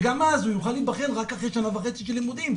וגם אז הוא יוכל להבחן רק אחרי שנה וחצי של לימודים.